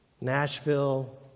Nashville